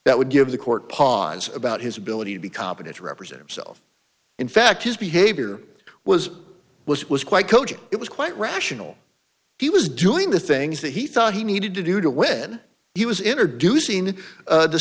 that would give the court pause about his ability to be competent represent himself in fact his behavior was which was quite coaching it was quite rational he was doing the things that he thought he needed to do to when he was introducing